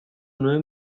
nuen